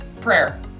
Prayer